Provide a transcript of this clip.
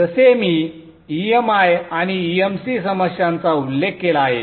जसे मी EMI आणि EMC समस्यांचा उल्लेख केला आहे